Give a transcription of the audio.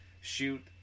shoot